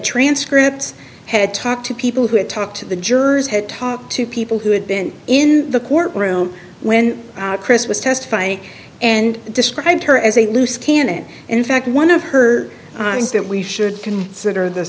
transcripts had talked to people who had talked to the jurors had talked to people who had been in the court room when chris was testifying and described her as a loose cannon in fact one of her things that we should consider th